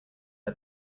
are